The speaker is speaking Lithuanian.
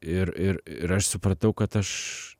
ir ir ir aš supratau kad aš